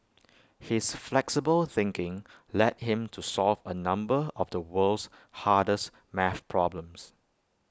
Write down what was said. his flexible thinking led him to solve A number of the world's hardest math problems